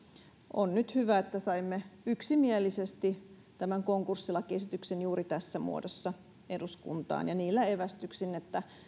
on hyvä että saimme yksimielisesti tämän konkurssilakiesityksen eduskuntaan juuri tässä muodossa ja niillä evästyksin että